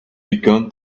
began